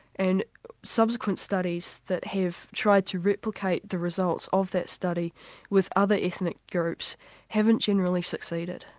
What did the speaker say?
and subsequent studies that have tried to replicate the results of that study with other ethnic groups haven't generally succeeded.